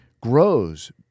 grows